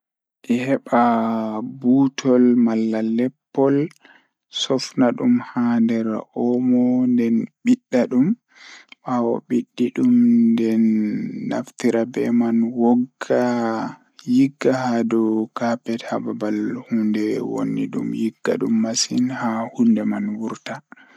Jokkondir cuuraande water, sabu detergent, e vinegar walla baking soda. Njidi sabu walla vinegar nder ndiyam e fittaade sabu walla baking soda nder carpet ngal. Hokkondir ƴettude ngal e kuutorgol e siki e njidi. Jokkondir carpet ngal sabu kadi ndiyam so tawii sabu waawataa njiddaade walla dawwitde.